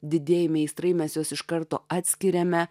didieji meistrai mes juos iš karto atskiriame